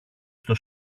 στο